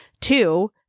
Two